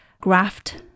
graft